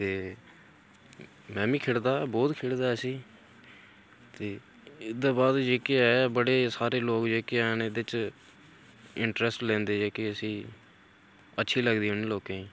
ते मैमी खेढदा बोहत खेढदा इसी ते एह्दे बाद जेह्के हैन बड़े सारे लोक केह् आखदे एह्दे च इंट्रस्ट लैंदे जेह्के इसी अच्छी लगदी उ'नें लोकें गी